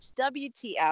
WTF